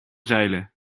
zeilen